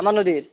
আমাৰ নদীত